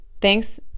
Thanks